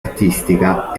artistica